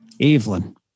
Evelyn